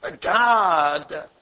God